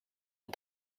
and